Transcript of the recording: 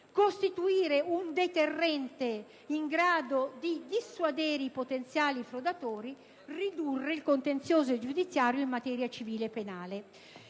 costituire un deterrente in grado di dissuadere i potenziali frodatori; ridurre il contenzioso giudiziario in materia civile e penale.